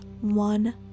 one